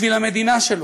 בשביל המדינה שלו,